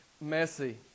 messy